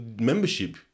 membership